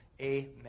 amen